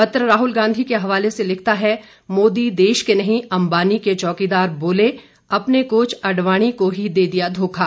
पत्र राहल गांधी के हवाले से लिखता है मोदी देश के नहीं अंबानी के चौकीदार बोले अपने कोच आडवाणी को ही दे दिया धोखा